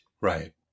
Right